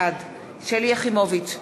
בעד שלי יחימוביץ,